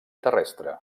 terrestre